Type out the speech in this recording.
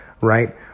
right